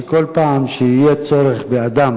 בכל פעם שיהיה צורך באדם